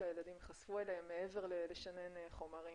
שהילדים יחשפו אליהם מעבר לשינון חומרים,